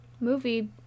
movie